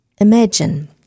Imagine